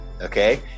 okay